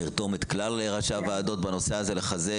נרתום את כלל ראשי הוועדות בנושא הזה לחזק,